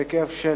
בהיקף של